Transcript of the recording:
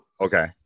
okay